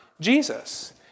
Jesus